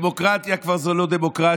דמוקרטיה זה כבר לא דמוקרטיה,